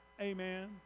Amen